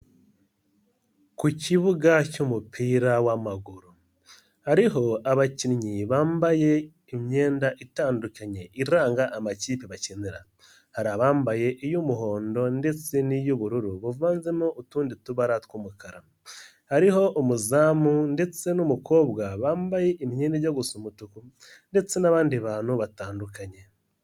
Ku kibuga cy'umupira w'amaguru hariho abakinnyi bambaye imyenda itandukanye iranga amakipe bakinira, hari abambaye iy'umuhondo ndetse n'iy'ubururu buvanzemo utundi tubara tw'umukara, hariho umuzamu ndetse n'umukobwa bambaye imyenda ijya gusa umutuku ndetse n'abandi bantu batandukanye.